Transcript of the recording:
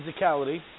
physicality